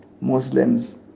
Muslims